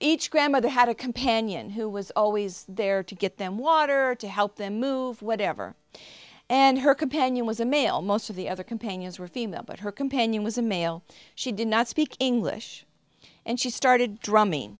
each grandmother had a companion who was always there to get them water to help them move whatever and her companion was a male most of the other companions were female but her companion was a male she did not speak english and she started drumming